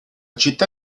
città